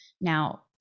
now